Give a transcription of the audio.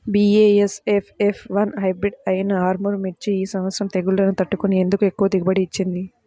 BASF F one hybrid అయినా ఆర్ముర్ మిర్చి ఈ సంవత్సరం తెగుళ్లును తట్టుకొని ఎందుకు ఎక్కువ దిగుబడి ఇచ్చింది?